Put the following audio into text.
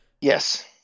Yes